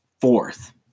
fourth